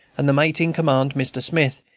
and the mate in command, mr. smith,